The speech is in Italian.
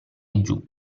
giù